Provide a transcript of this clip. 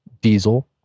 diesel